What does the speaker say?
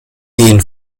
den